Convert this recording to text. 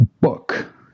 book